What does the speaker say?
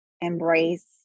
embrace